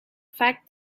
fact